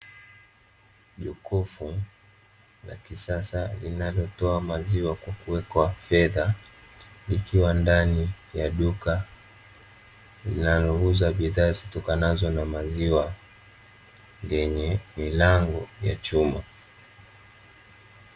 Jokofu la kisasa linalotoa maziwa kwa kuwekwa fedha, likiwa ndani ya duka linalouza bidhaa zitokanazo na maziwa, yenye milango ya chuma.